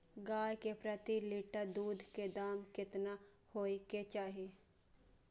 गाय के प्रति लीटर दूध के दाम केतना होय के चाही?